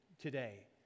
today